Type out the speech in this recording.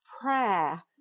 prayer